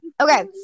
Okay